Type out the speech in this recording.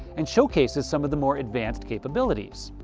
and showcases some of the more advanced capabilities.